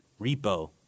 Repo